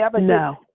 No